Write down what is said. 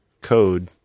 code